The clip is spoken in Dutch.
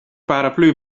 paraplu